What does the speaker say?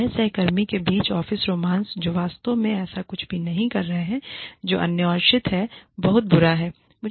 चाहे सह कर्मियों के बीच ऑफ़िस रोमांस जो वास्तव में ऐसा कुछ भी नहीं कर रहे हैं जो अन्योन्याश्रित है बहुत बुरा है